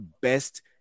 best